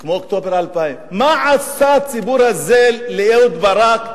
וכמו אוקטובר 2000. מה עשה הציבור הזה לאהוד ברק,